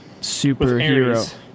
superhero